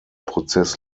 prozess